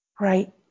right